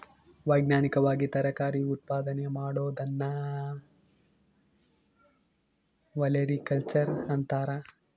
ವೈಜ್ಞಾನಿಕವಾಗಿ ತರಕಾರಿ ಉತ್ಪಾದನೆ ಮಾಡೋದನ್ನ ಒಲೆರಿಕಲ್ಚರ್ ಅಂತಾರ